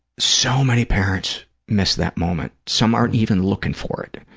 so many parents miss that moment. some aren't even looking for it.